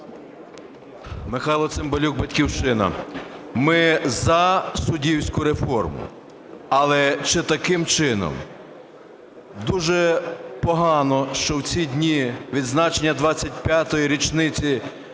Михайло Цимбалюк, "Батьківщина". Ми за суддівську реформу, але чи таким чином? Дуже погано, що в ці дні відзначення 25-ї річниці